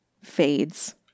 fades